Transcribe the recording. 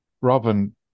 Robin